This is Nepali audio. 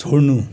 छोड्नु